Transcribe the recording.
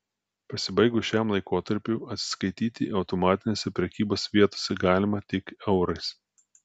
pasibaigus šiam laikotarpiui atsiskaityti automatinėse prekybos vietose galima tik eurais